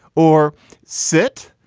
or sit.